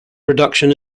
production